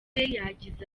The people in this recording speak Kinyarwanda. yagize